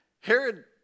Herod